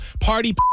Party